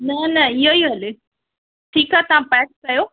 न न इहो ई हले ठीकु आहे तव्हां पैक कयो